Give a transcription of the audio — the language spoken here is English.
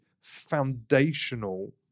foundational